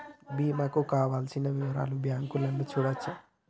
బీమా కు కావలసిన వివరాలను బ్యాంకులో చూడొచ్చా?